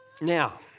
Now